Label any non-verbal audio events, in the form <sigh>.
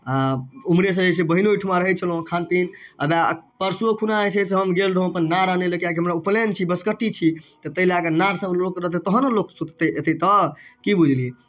आ ओम्हरेसँ जे छै से बहीनो ओहिठिमा रहै छलहुँ खान पीन <unintelligible> परसुओ खिना जे छै से हम गेल रहौँ अपन नार अनय लेल किएकि हमरा उपनयन छी बँसकट्टी छी ताहि लए कऽ नार सभ लोक रखतै तखन ने लोक सुततै एतै तऽ की बुझलियै